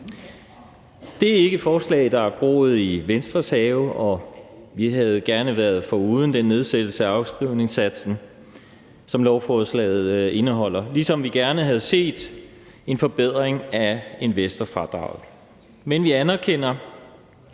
Det er ikke et forslag, der er groet i Venstres have, og vi havde gerne været foruden den nedsættelse af afskrivningssatsen, som lovforslaget indeholder, ligesom vi gerne havde set en forbedring af investorfradraget, men vi anerkender,